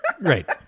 Right